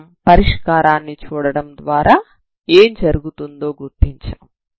మనం పరిష్కారాన్ని చూడడం ద్వారా ఏం జరుగుతుందో గుర్తించాము